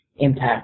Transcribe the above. impact